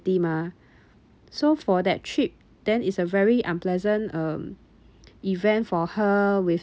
mah so for that trip then is a very unpleasant um event for her with